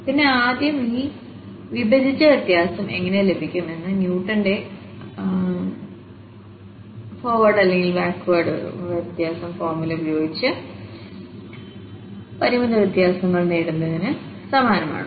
പിന്നെ ആദ്യം ഈ വിഭജിച്ച വ്യത്യാസം എങ്ങനെ ലഭിക്കും എന്നത് ന്യൂട്ടന്റെ മുന്നോട്ടും പിന്നോട്ടും ഉള്ള വ്യത്യാസത്തിൽ ഫോർമുല നാം ചെയ്യുന്ന ഈ പരിമിത വ്യത്യാസങ്ങൾ നേടുന്നതിന് സമാനമാണ്